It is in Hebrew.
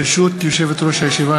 ברשות יושבת-ראש הישיבה,